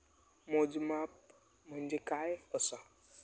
मोजमाप म्हणजे काय असा?